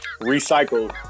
Recycled